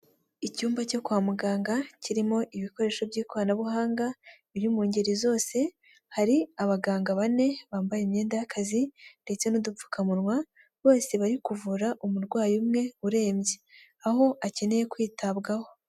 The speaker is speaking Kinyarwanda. Icyumba cyo kwa muganga kirimo ibikoresho by'ikoranabuhanga, biri mu ngeri zose hari abaganga bane bambaye imyenda y'akazi, ndetse n'udupfukamunwa bose bari kuvura umurwayi umwe urembye, aho akeneye kwitabwaho.